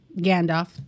Gandalf